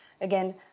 again